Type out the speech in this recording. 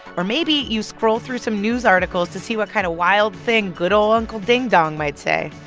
or maybe you scroll through some news articles to see what kind of wild thing good old uncle ding dong might say.